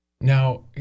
Now